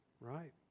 right